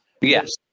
Yes